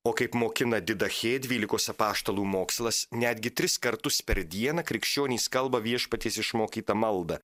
o kaip mokina didachė dvylikos apaštalų mokslas netgi tris kartus per dieną krikščionys kalba viešpaties išmokytą maldą